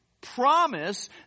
promise